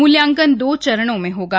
मूल्यांकन दो चरणों में होंगे